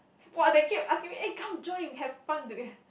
!wah! they keep asking me eh come join have fun together